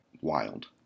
Wild